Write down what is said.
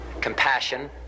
compassion